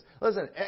Listen